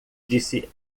disse